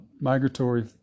migratory